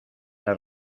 las